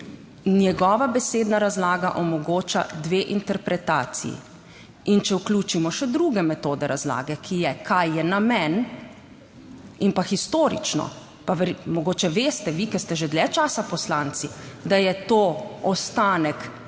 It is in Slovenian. njegova besedna razlaga omogoča dve interpretaciji. In če vključimo še druge metode razlage, ki je, kaj je namen in pa historično pa mogoče veste vi, ki ste že dlje časa poslanci, da je to ostanek